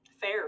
Fair